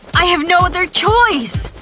i have no other choice.